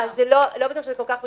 לא בטוח שזה כל כך פשוט,